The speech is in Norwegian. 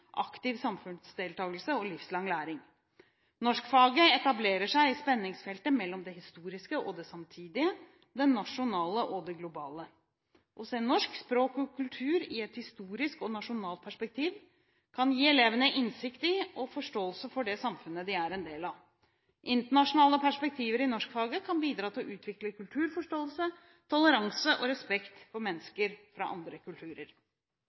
aktiv samfunnsdeltakelse og livslang læring. Norskfaget etablerer seg i spenningsfeltet mellom det historiske og det samtidige, det nasjonale og det globale. Å se norsk språk og kultur i et historisk og nasjonalt perspektiv kan gi elevene innsikt i og forståelse for det samfunnet de er en del av. Internasjonale perspektiver i norskfaget kan bidra til å utvikle kulturforståelse, toleranse og respekt for mennesker fra andre kulturer.»